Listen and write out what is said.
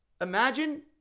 imagine